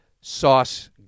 Sauce